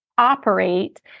operate